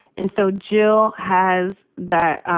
and so jill has that